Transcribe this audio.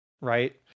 right